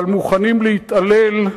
אבל מוכנים להתעלל,